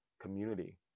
Community